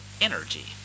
energy